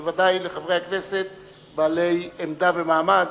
בוודאי לחברי הכנסת בעלי עמדה ומעמד,